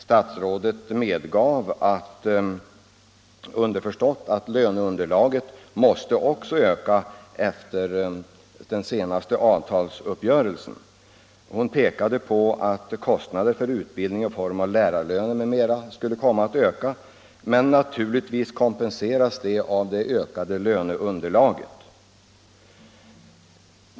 Statsrådet medgav underförstått att löneunderlaget måste öka efter den senaste avtalsuppgörelsen. Hon pekade på att kostnader för utbildningen i form av lärarlöner m.m. skulle komma att öka men att detta naturligtvis kompenseras av det ökade löneunderlaget.